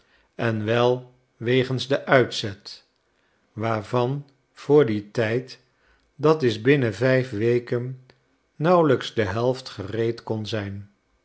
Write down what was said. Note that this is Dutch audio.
en wel wegens den uitzet waarvan voor dien tijd dat is binnen vijf weken nauwelijks de helft gereed kon zijn